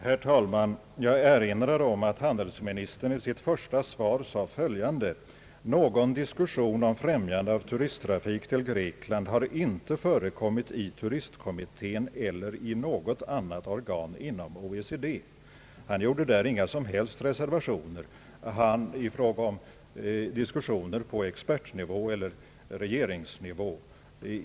Herr talman! Jag erinrar om att handelsministern i sitt första svar sade följande: »Någon diskussion om främjande av turisttrafik till Grekland har inte förekommit i turistkommittén eller i något annat organ inom OECD.» Han gjorde där inga som helst reservationer i fråga om diskussioner på expertnivå eller regeringsnivå.